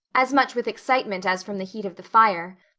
as much with excitement as from the heat of the fire,